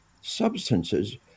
substances